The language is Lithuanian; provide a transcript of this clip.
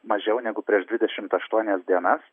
mažiau negu prieš dvidešimt aštuonias dienas